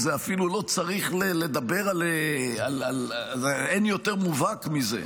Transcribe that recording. אפילו לא צריך לדבר על, אין יותר מובהק מזה.